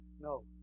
No